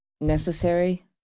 necessary